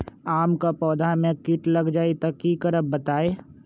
आम क पौधा म कीट लग जई त की करब बताई?